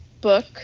book